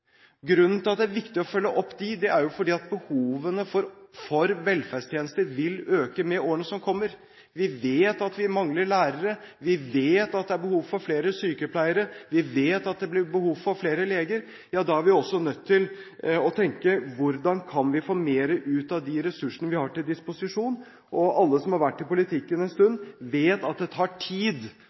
Grunnen til at det er viktig å følge dem opp, er jo at behovene for velferdstjenester vil øke i årene som kommer. Vi vet at vi mangler lærere, vi vet at det er behov for flere sykepleiere, vi vet at det blir behov for flere leger, og da er vi også nødt til å tenke: Hvordan kan vi få mer ut av de ressursene vi har til disposisjon? Og alle som har vært i politikken en stund, vet at det tar tid å hente ut et slikt potensial, og da har vi heller ikke tid